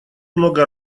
много